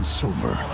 silver